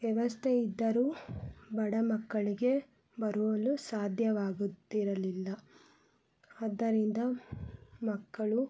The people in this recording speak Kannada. ವ್ಯವಸ್ಥೆ ಇದ್ದರೂ ಬಡ ಮಕ್ಕಳಿಗೆ ಬರುವಲು ಸಾಧ್ಯವಾಗುತ್ತಿರಲಿಲ್ಲ ಆದ್ದರಿಂದ ಮಕ್ಕಳು